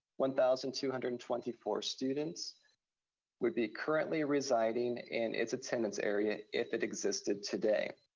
one thousand two hundred and twenty four students would be currently residing in its attendance area if it existed today.